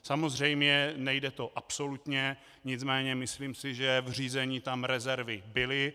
Samozřejmě nejde to absolutně, nicméně myslím, že v řízení tam rezervy byly.